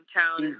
town